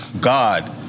God